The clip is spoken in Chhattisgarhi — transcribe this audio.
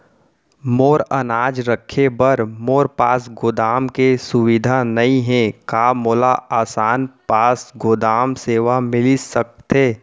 मोर अनाज रखे बर मोर पास गोदाम के सुविधा नई हे का मोला आसान पास गोदाम सेवा मिलिस सकथे?